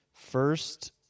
First